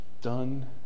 done